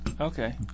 Okay